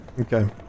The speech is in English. Okay